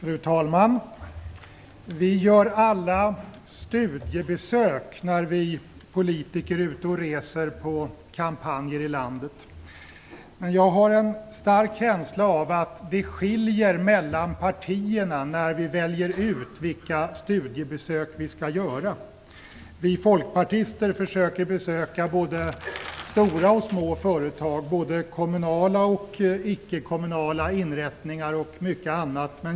Fru talman! Vi politiker gör alla studiebesök när vi är ute och reser på kampanjer i landet. Men jag har en stark känsla av att det skiljer mellan partierna när vi väljer ut vilka studiebesök vi skall göra. Vi folkpartister försöker besöka både stora och små företag, både kommunala och icke-kommunala inrättningar och mycket annat.